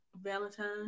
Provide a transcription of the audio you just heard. Valentine